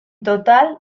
total